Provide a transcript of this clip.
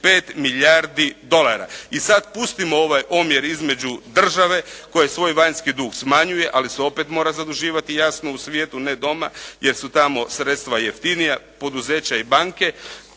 I sad pustimo ovaj omjer između države koja svoj vanjski dug smanjuje, ali se opet mora zaduživati jasno u svijetu, ne doma jer su tamo sredstva jeftinija, poduzeća i banka.